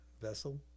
vessel